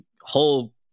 whole